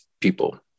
people